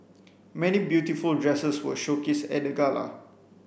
many beautiful dresses were showcased at the gala